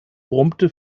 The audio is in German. brummte